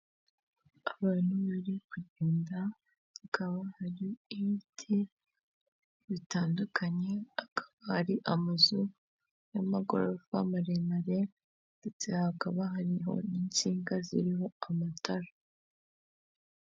Abantu barimo kugenda hakaba hari ibiti bitandukanye, hakaba hari amazu y'amagorofa maremare, ndetse hakaba hariho n'insinga zirimo amatara